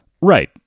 Right